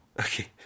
Okay